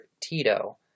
Tito